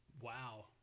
Wow